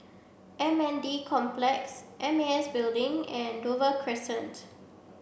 M N D Complex M A S Building and Dover Crescent